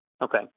okay